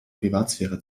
privatsphäre